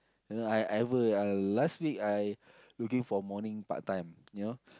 you know I I ever uh last week I looking for morning part-time you know